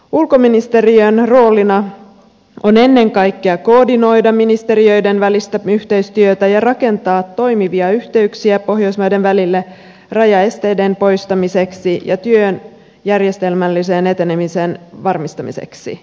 ulkoministeriön roolina on ennen kaikkea koordinoida ministeriöiden välistä yhteistyötä ja rakentaa toimivia yhteyksiä pohjoismaiden välille rajaesteiden poistamiseksi ja työn järjestelmällisen etenemisen varmistamiseksi